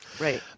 Right